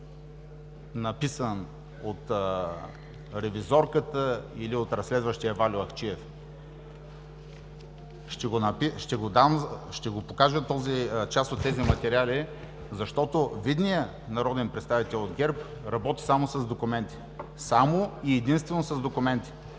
написан от Ревизорката или от разследващия Вальо Ахчиев. Ще покажа част от тези материали, защото видният народен представител от ГЕРБ работи само с документи – само и единствено с документи.